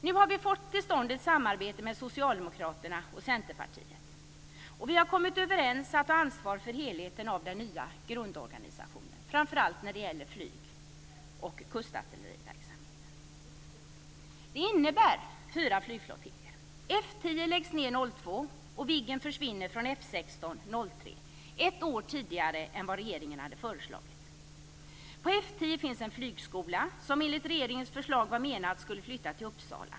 Nu har vi fått till stånd ett samarbete med Socialdemokraterna och Centerpartiet. Vi har kommit överens om att ta ett ansvar för helheten i den nya grundorganisationen, framför allt när det gäller flygoch kustartilleriverksamheterna. Det innebär fyra flygflottiljer. F 10 läggs ned år 2002, och Viggen försvinner från F 16 år 2003, ett år tidigare än vad regeringen hade föreslagit. På F 10 finns en flygskola som enligt regeringens förslag var menad att flytta till Uppsala.